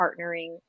partnering